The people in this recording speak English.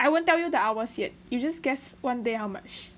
I won't tell you the hours yet you just guess one day how much